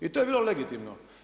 I to je bilo legitimno.